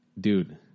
dude